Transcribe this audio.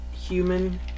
human